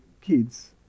kids